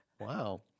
Wow